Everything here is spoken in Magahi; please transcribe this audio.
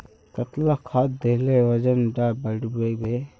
कतला खाद देले वजन डा बढ़बे बे?